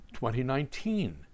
2019